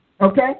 Okay